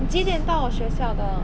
你几点到我学校的